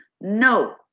no